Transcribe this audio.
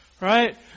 Right